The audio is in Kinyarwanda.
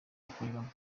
akoreramo